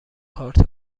کارت